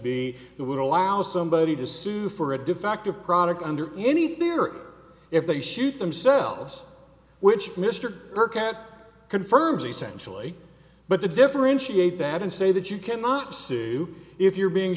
it would allow somebody to sue for a defective product under any theory or if they shoot themselves which mr burke at confirms essentially but to differentiate that and say that you cannot sue if you're being